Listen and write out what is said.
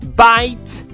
bite